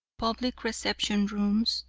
public reception rooms,